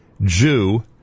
Jew